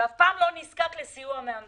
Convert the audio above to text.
ואף פעם לא נזקק לסיוע מן המדינה.